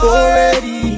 already